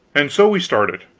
and so we started,